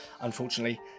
unfortunately